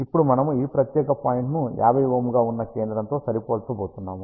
ఇప్పుడు మనము ఈ ప్రత్యేక పాయింట్ ను 50Ω గా ఉన్న కేంద్రంతో సరిపోల్చబోతున్నాము